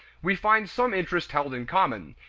we find some interest held in common,